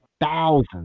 thousands